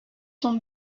sont